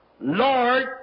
Lord